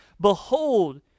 Behold